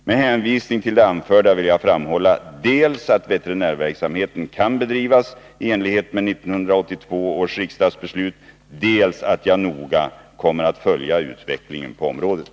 Med hänvisning till det anförda vill jag framhålla dels att veterinärverksamheten kan bedrivas i enlighet med 1982 års riksdagsbeslut, dels att jag noga kommer att följa utvecklingen på området.